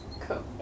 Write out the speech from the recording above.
Cool